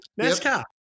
NASCAR